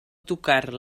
tocar